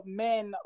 men